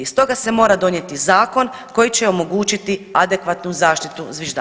Stoga se mora donijeti zakon koji će omogućiti adekvatnu zaštitu zviždača.